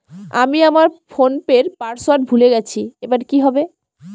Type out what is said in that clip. আমি আমার ফোনপের পাসওয়ার্ড ভুলে গেছি এবার কি হবে?